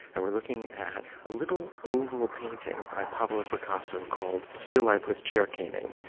and we're looking at a little oval painting by pablo picasso called still life with chair caning.